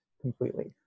completely